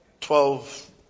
Twelve